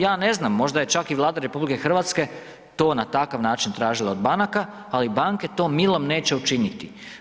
Ja ne znam, možda je čak i Vlada RH to na takav način tražila od banaka, ali banke to milom neće učiniti.